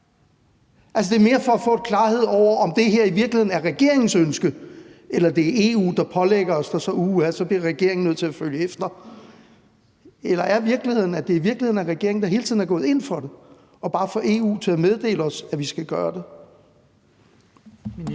Det er mere for at få klarhed over, om det her i virkeligheden er regeringens ønske, eller om det er EU, der pålægger os det, og uha, så bliver regeringen nødt til at følge efter. Eller er virkeligheden, at det er regeringen, der hele tiden er gået ind for det og bare har fået EU til at meddele os, at vi skal gøre det? Kl.